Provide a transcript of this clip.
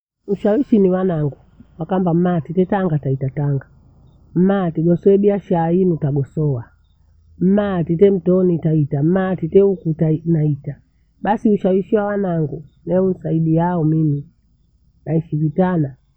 Weshawishi ni wanangu, wakamba maa tutetanga taita tanga. Maa tujesaidia shaii utagosoa, maa tutenito nitaita, maa tutei tutaa inaitaa. Basi ushawishi wa wanagu wanisaidia hoo mimi naishi vitana.